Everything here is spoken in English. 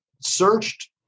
searched